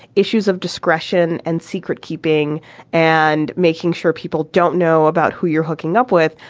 issues of discretion and secret keeping and making sure people don't know about who you're hooking up with.